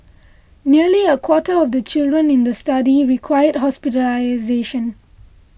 nearly a quarter of the children in the study required hospitalisation